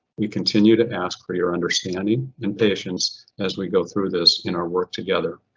we continue to ask for your understanding and patience as we go through this in our work together.